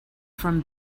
from